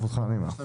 מאלה: הוא